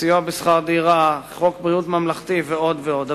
סיוע בשכר דירה, ביטוח בריאות ממלכתי ועוד ועוד.